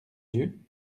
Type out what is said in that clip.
yeux